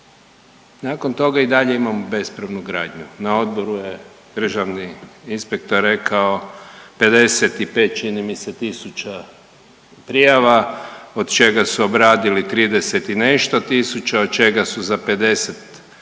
nakon toga i dalje imamo bespravnu gradnju. Na odboru je državni inspektor rekao 55 čini mi se tisuća prijava od čega su obradili 30 i nešto tisuća od čega su za 50% izdali